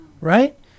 right